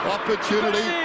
Opportunity